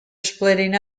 splitting